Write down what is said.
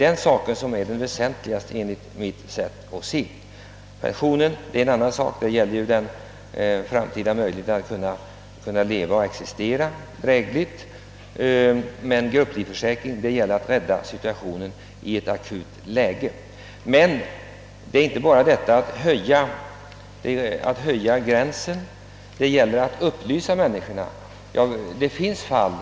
Den saken är enligt mitt sätt att se det väsentligaste. Pensioner är en annan sak; de rör den framtida möjligheten att leva drägligt. Grupplivförsäkringen gäller att rädda situationen i ett akut nödläge. Det är emellertid inte bara fråga om att höja gränsen för utförsäkringstiden, det gäller också att upplysa människorna om hur bestämmelserna gäller.